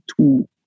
two